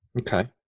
okay